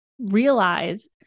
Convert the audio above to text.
realize